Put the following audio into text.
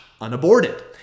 unaborted